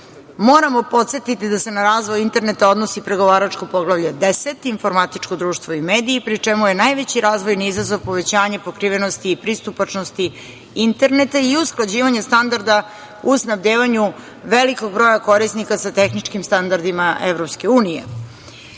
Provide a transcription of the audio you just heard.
moramo podsetiti da se na razvoj interneta odnosi pregovaračko Poglavlje 10. – Informatičko društvo i mediji, pri čemu je naveći razvojni izazov povećanje pokrivenosti i pristupačnosti interneta i usklađivanje standarda u snabdevanju velikog broja korisnika sa tehničkim standardima